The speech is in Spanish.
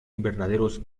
invernaderos